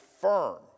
firm